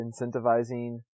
incentivizing